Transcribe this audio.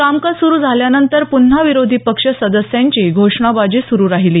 कामकाज सुरू झाल्यानंतर पुन्हा विरोधी पक्ष सदस्यांची घोषणाबाजी सुरू राहिली